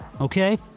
Okay